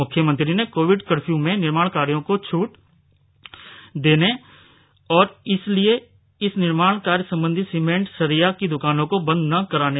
मुख्यमंत्री ने covid curfew में निर्माण कार्यों को छूट है इसलिए निर्माण से संबंधित सीमेंट सरिया की दुकानों को बंद न करायें